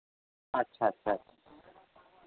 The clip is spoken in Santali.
ᱟᱪᱪᱷᱟ ᱟᱪᱪᱷᱟ